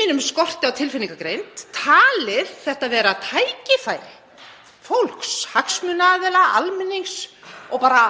mínum á tilfinningagreind talið þetta vera tækifæri fólks, hagsmunaaðila, almennings og bara